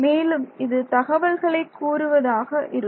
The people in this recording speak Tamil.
மேலும் இது தகவல்களை கூறுவதாக இருக்கும்